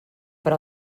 per